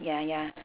ya ya